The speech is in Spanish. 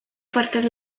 fuertes